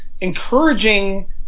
encouraging